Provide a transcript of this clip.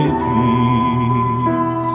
peace